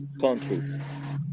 countries